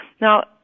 Now